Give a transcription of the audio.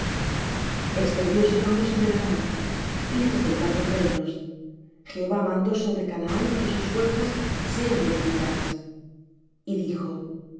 extendió su mano sobre la mar hizo temblar los reinos jehová mandó sobre canaán que sus fuerzas sean debilitadas y dijo